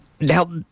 Now